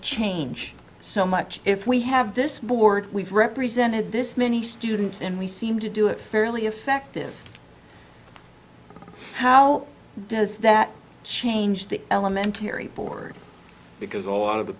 change so much if we have this board we've represented this many students and we seem to do it fairly effective how does that change the elementary board because a lot of the